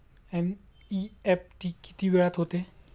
NEFT किती वेळात होते?